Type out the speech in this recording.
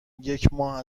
یکماه